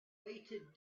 weighted